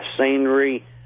scenery